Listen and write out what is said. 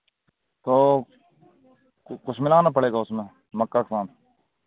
ओ कु कुछ मिलाना पड़ेगा उसमें मक्का फाम